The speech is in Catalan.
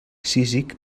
cízic